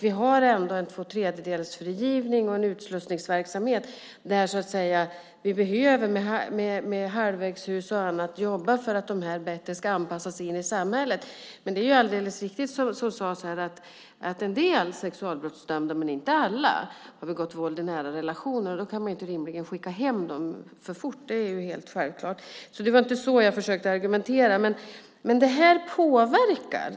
Vi har ändå en tvåtredjedelsfrigivning och en utslussningsverksamhet där vi med halvvägshus och annat jobbar för att dessa personer bättre ska anpassas i samhället. Det är alldeles riktigt som sades att en del sexualbrottsdömda, dock inte alla, har begått våld i nära relationer, och då kan man inte rimligen skicka hem dem för fort. Det är helt självklart. Det var inte detta jag argumenterade för.